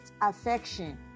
affection